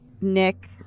Nick